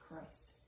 Christ